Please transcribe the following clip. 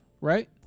Right